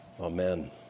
Amen